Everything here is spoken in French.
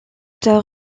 tard